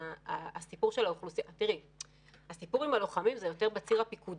הסיפור עם הלוחמים הוא יותר בציר הפיקוד